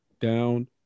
down